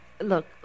Look